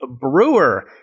brewer